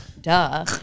duh